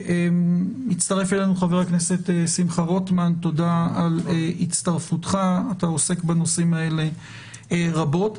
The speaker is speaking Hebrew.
מצטרף אלינו חבר הכנסת שמחה רוטמן שעוסק בנושאים האלו רבות.